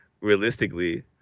realistically